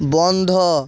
বন্ধ